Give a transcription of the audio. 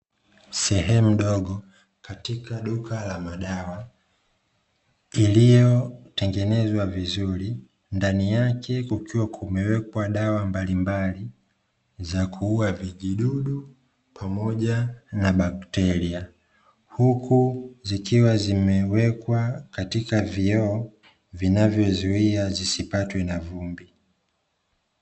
Sehemu ndogo katika duka la madawa iliyotengenezwa vizuri, ndani yake kukiwa kumewekwa dawa mbalimbali za kuua vijidudu pamoja na bakteria. Huku zikiwa zimewekwa katika vioo vinavyozuia zisipatwe na vumbi.